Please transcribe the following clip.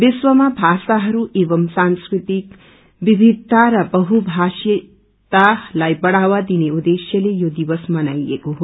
विश्वमा माषाहरू एवमं सांस्कृतिक विवियता र बहुमाषीतालाई बढ़ावा दिने उद्देश्यले यो दिवस मनाईएको हो